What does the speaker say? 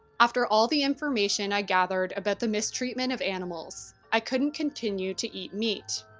after all the information i gathered about the mistreatment of animals, i couldn't continue to eat meat.